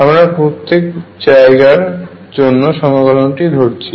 আমরা প্রত্যেক স্থানের জন্য সমাকলনটি করছি